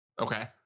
Okay